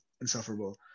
insufferable